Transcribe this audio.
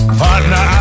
partner